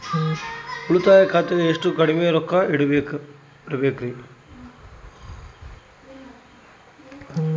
ಉಳಿತಾಯ ಖಾತೆಗೆ ಎಷ್ಟು ಕಡಿಮೆ ರೊಕ್ಕ ಇಡಬೇಕರಿ?